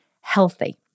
healthy